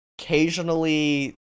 occasionally